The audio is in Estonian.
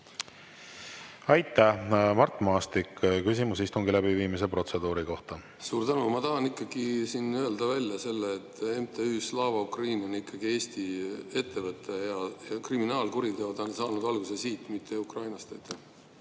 Aitäh! Mart Maastik, küsimus istungi läbiviimise protseduuri kohta. Suur tänu! Ma tahan öelda välja selle, et MTÜ Slava Ukraini on ikkagi Eesti ettevõte ja kriminaalkuriteod on saanud alguse siit, mitte Ukrainast.